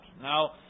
Now